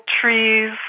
trees